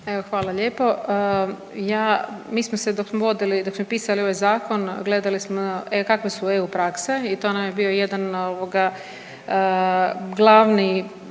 hvala lijepo. Ja, mi smo se vodili i dok smo pisali ovaj zakon gledali smo kakve su eu prakse i to nam je bio jedan ovoga